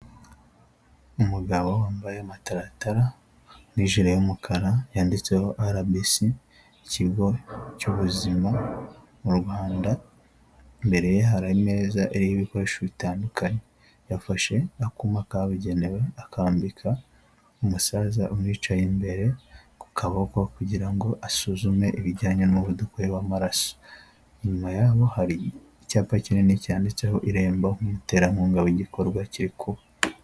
Umugabo wambaye mataratara n'ijire y'umukara yanditseho arabici, ikigo cy'ubuzima mu Rwanda. Imbere ye hari imeza iriho ibikoresho bitandukanye, yafashe akuma kabugenewe akambika umusaza umwicaye imbere ku kaboko. Kugira ngo asuzume ibijyanye n'umuvuduko we w'amaso, inyuma yabo hari icyapa kinini cyanditseho irembo nk'umuterankunga w'igikorwa cyiri kuba.